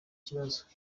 kibazo